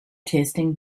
tasting